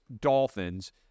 Dolphins